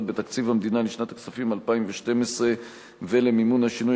בתקציב המדינה לשנת הכספים 2012 ולמימון השינוי